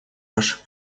ваших